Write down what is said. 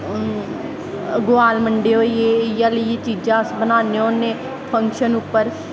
गोआल मंडे होईये इयै जेहियां चीजां अस बनान्ने होन्ने फंक्शन उप्पर